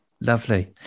Lovely